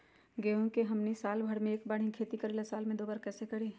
गेंहू के हमनी साल भर मे एक बार ही खेती करीला साल में दो बार कैसे करी?